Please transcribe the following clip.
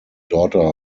daughter